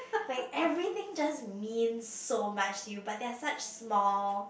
like everything just mean so much to you but they're such small